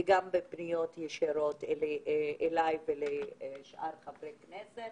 וגם בפניות ישירות אלי ולשאר חברי הכנסת,